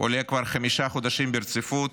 עולה כבר חמישה חודשים ברציפות,